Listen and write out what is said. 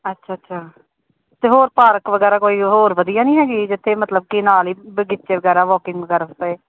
ਅੱਛਾ ਅੱਛਾ ਅਤੇ ਹੋਰ ਪਾਰਕ ਵਗੈਰਾ ਕੋਈ ਹੋਰ ਵਧੀਆ ਨਹੀਂ ਹੈਗੇ ਜਿੱਥੇ ਮਤਲਬ ਕਿ ਨਾਲ ਹੀ ਬਗੀਚੇ ਵਗੈਰਾ ਵੋਕਿੰਗ ਵਗੈਰਾ ਹੋਏ